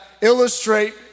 illustrate